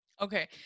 Okay